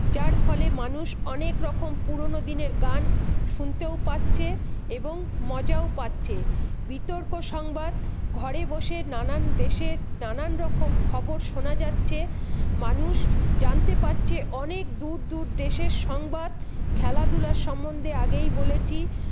যার ফলে মানুষ অনেক রকম পুরোনো দিনের গান শুনতেও পাচ্ছে এবং মজাও পাচ্ছে বিতর্ক সংবাদ ঘরে বসে নানান দেশের নানান রকম খবর শোনা যাচ্ছে মানুষ জানতে পারছে অনেক দূর দূর দেশের সংবাদ খেলাধুলার সম্বন্ধে আগেই বলেছি